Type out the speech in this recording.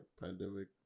Pandemic